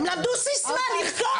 הם למדו סיסמה לרקוד,